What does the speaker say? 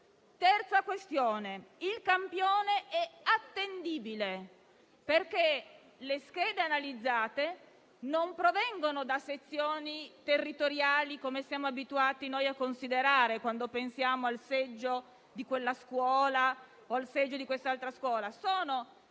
Terza questione: il campione è attendibile, perché le schede analizzate non provengono da sezioni territoriali, come siamo abituati noi a considerarle, quando pensiamo al seggio di quella o di quell'altra scuola;